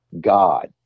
God